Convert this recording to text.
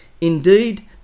Indeed